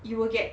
you will get